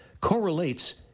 correlates